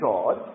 God